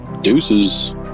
deuces